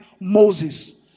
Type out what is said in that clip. Moses